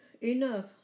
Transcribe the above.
Enough